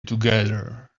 together